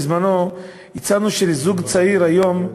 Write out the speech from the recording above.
בזמנו הצענו שלזוג צעיר היום,